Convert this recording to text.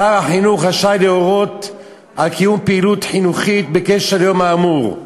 שר החינוך רשאי להורות על קיום פעילות חינוכית בקשר ליום האמור.